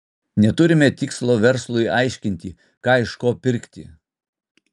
neturime tikslo verslui aiškinti ką iš ko pirkti